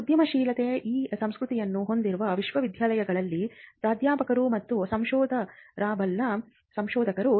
ಉದ್ಯಮಶೀಲತೆಯ ಈ ಸಂಸ್ಕೃತಿಯನ್ನು ಹೊಂದಿರುವ ವಿಶ್ವವಿದ್ಯಾಲಯದಲ್ಲಿ ಪ್ರಾಧ್ಯಾಪಕರು ಮತ್ತು ಸಂಶೋಧಕರಾಗಬಲ್ಲ ಸಂಶೋಧಕರು